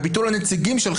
בביטול הנציגים של חצי מהעם.